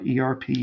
ERP